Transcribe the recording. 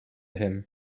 him